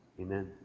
Amen